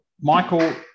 Michael